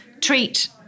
treat